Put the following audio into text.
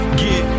get